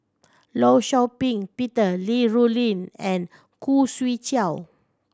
Law Shau Ping Peter Li Rulin and Khoo Swee Chiow